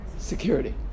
Security